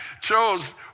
chose